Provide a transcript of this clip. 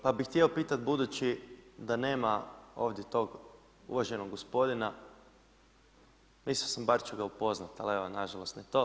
Pa bih htio pitati, budući da nema ovdje tog uvaženog gospodina, mislio sam bar ću ga upoznat, ali evo nažalost ni to.